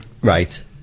Right